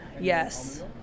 Yes